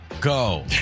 go